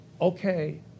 okay